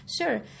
sure